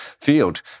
field